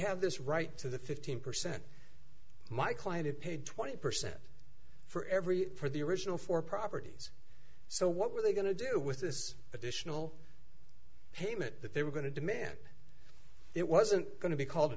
have this right to the fifteen percent my client is paid twenty percent for every for the original four properties so what were they going to do with this additional payment that they were going to demand it wasn't going to be called a